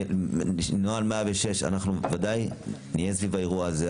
נוהל 106. אנחנו בוודאי נהיה סביב האירוע הזה,